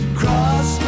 cross